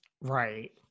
Right